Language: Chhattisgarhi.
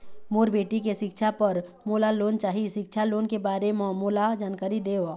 मोर बेटी के सिक्छा पर मोला लोन चाही सिक्छा लोन के बारे म मोला जानकारी देव?